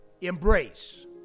embrace